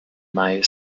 maya